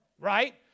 right